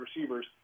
receivers